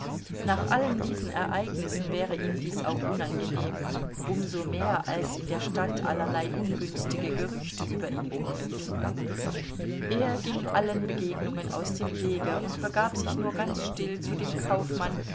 nach allen diesen ereignissen wäre ihm dies auch unangenehm um so mehr als in der stadt allerlei ungünstige gerüchte über ihn umliefen er ging allen begegnungen aus dem wege und begab sich nur ganz still zu dem kaufmann